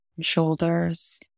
shoulders